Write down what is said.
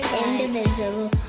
indivisible